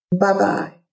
Bye-bye